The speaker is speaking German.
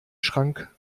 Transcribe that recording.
schrank